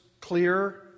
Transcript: clear